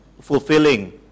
fulfilling